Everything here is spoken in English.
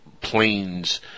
planes